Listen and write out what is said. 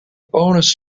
bonus